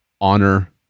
honor